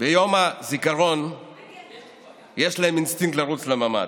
ביום הזיכרון יש להם אינסטינקט לרוץ לממ"ד.